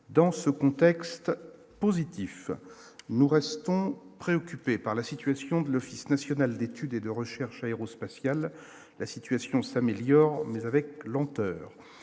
dans ce contexte positif, nous restons préoccupés par la situation de l'Office national d'études et de recherche aérospatiale, la situation s'améliore mais avec lenteur,